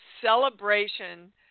celebration